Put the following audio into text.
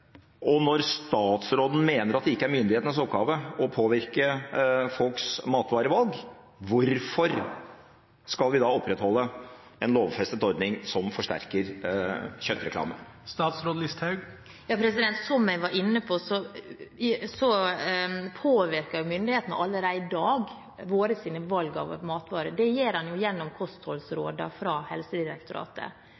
Når statsråden mener at det ikke er myndighetenes oppgave å påvirke folks matvarevalg, hvorfor skal vi da opprettholde en lovfestet ordning som forsterker kjøttreklame? Som jeg var inne på, påvirker myndighetene allerede i dag våre valg av matvarer. Det gjør man gjennom kostholdsrådene fra Helsedirektoratet.